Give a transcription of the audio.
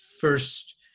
first